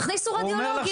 תכניסו רדיולוגים,